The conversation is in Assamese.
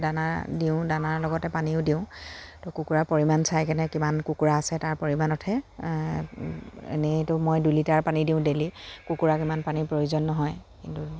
দানা দিওঁ দানাৰ লগতে পানীও দিওঁ তো কুকুৰাৰ পৰিমাণ চাই কেনে কিমান কুকুৰা আছে তাৰ পৰিমাণতহে এনেইতো মই দুইলিটাৰ পানী দিওঁ ডেইলি কুকুৰাক ইমান পানীৰ প্ৰয়োজন নহয় কিন্তু